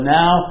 now